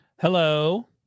Hello